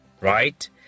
right